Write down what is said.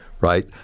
right